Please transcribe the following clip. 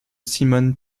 simone